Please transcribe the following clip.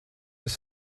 ist